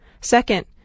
Second